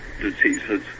diseases